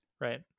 right